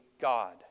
God